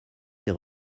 ces